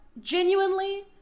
genuinely